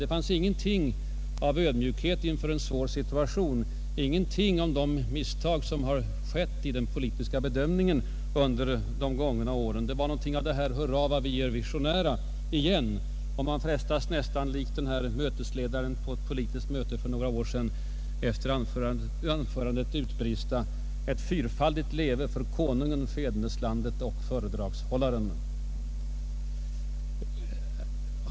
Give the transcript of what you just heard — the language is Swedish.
Det fanns ingenting av ödmjukhet inför en svår samhällsekonomisk situation, ingenting om de misstag som har begåtts vid den politiska bedömningen under de gångna åren. Det var återigen någonting av ”hurra vad vi är visionära”. Man frestas nästan att likt mötesledaren på ett politiskt möte för några år sedan efter anförandet utbrista: Ett fyrfaldigt leve för Konungen, fäderneslandet och föredragshållaren!